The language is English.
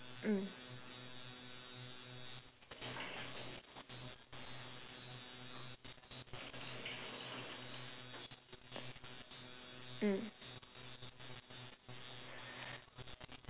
mm mm